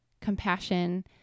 compassion